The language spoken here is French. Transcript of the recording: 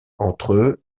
entre